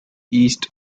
east